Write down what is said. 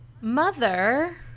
mother